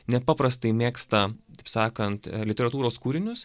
nepaprastai mėgsta taip sakant literatūros kūrinius